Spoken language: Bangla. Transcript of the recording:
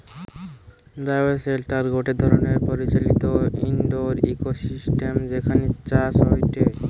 বায়োশেল্টার গটে ধরণের পরিচালিত ইন্ডোর ইকোসিস্টেম যেখানে চাষ হয়টে